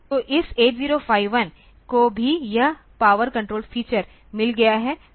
तो इस 8051 को भी यह पावर कंट्रोल फीचर मिल गया है